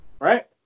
Right